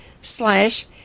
slash